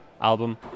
album